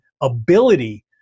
ability